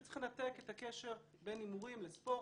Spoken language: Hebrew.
שצריך לנתק את הקשר בין הימורים לספורט,